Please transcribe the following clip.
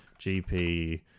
GP